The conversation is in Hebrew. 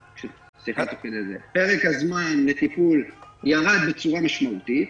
פרק הזמן לטיפול ירד בצורה משמעותית.